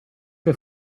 che